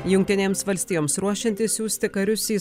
jungtinėms valstijoms ruošiantis siųsti karius į